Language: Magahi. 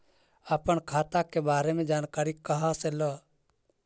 अपन खाता के बारे मे जानकारी कहा से ल?